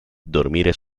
dormire